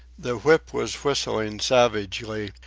the whip was whistling savagely,